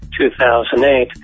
2008